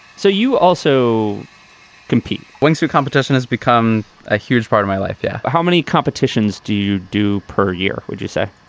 so you also compete with so competition has become a huge part of my life yeah. how many competitions do you do per year, would you say?